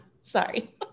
Sorry